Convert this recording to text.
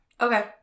Okay